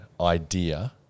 idea